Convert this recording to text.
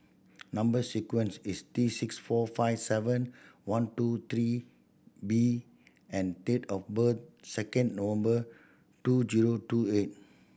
number sequence is T six four five seven one two three B and date of birth second November two zero two eight